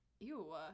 Ew